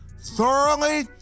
thoroughly